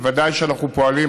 אז בוודאי שאנחנו פועלים.